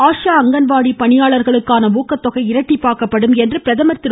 ஆஷா அங்கன்வாடி பணியாளர்களுக்கான ஊக்கத்தொகை இரட்டிப்பாக்கப்படும் என்று பிரதமர் திரு